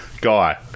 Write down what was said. Guy